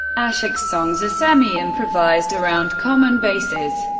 ashiqs' songs are semi-improvised around common bases.